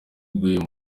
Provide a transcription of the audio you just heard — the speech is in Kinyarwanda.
bw’uyu